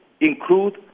include